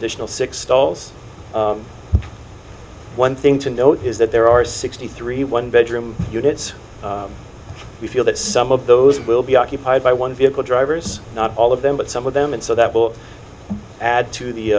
additional six stalls one thing to note is that there are sixty three one bedroom units we feel that some of those will be occupied by one vehicle drivers not all of them but some of them and so that will add to